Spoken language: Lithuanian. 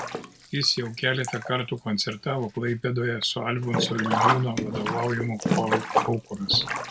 jis jau keletą kartų koncertavo klaipėdoje su alfonso vildžiūno vadovaujamu choru aukuras